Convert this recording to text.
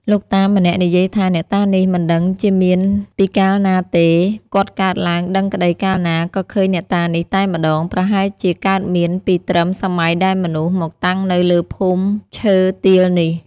លោកតា ម្នាក់និយាយថា អ្នកតានេះមិនដឹងជាមានពីកាលណាទេ គាត់កើតឡើងដឹងក្តីកាលណា ក៏ឃើញអ្នកតានេះ តែម្តង ប្រហែលជាកើតមានពីត្រឹមសម័យដែលមនុស្ស មកតាំងនៅលើភូមិមឈើទាលនេះ ។